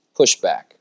pushback